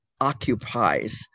occupies